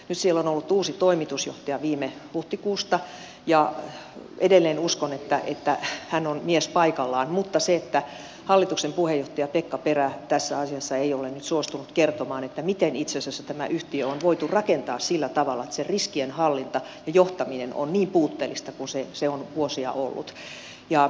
siellä on ollut uusi toimitusjohtaja viime huhtikuusta ja edelleen uskon että hän on mies paikallaan mutta se että hallituksen puheenjohtaja pekka perä tässä asiassa ei ole nyt suostunut kertomaan miten itse asiassa tämä yhtiö on voitu rakentaa sillä tavalla että se riskienhallinta ja johtaminen on niin puutteellista kuin se on vuosia ollut